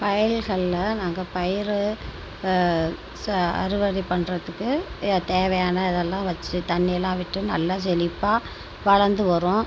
வயல்களில் நாங்கள் பயிறு அறுவடை பண்ணுறதுக்கு தேவையான இதெல்லாம் வச்சு தண்ணியெலாம் விட்டு நல்லா செழிப்பாக வளர்ந்து வரும்